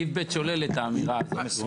סעיף (ב) שולל את האמירה הזאת.